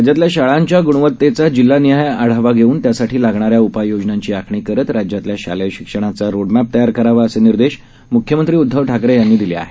राज्यातल्या शाळांच्या गुणावतेचा जिल्हा निहाय आढावा घेऊन त्यासाठी लागणाऱ्या उपाय योजनांची आखणी करत राज्यातल्या शालेय शिक्षणाचा रोड मॅप तयार करावा असे निर्देश म्ख्यमंत्री उद्धव ठाकरे यांनी दिले आहेत